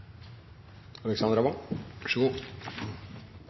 langt – så god